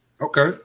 Okay